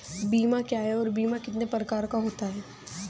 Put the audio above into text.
बीमा क्या है और बीमा कितने प्रकार का होता है?